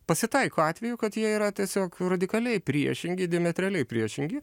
pasitaiko atvejų kad jie yra tiesiog radikaliai priešingi diametraliai priešingi